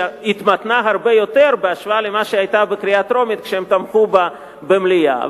שהתמתנה רבות בהשוואה למה שהיתה כשהם תמכו בה בקריאה הטרומית במליאה.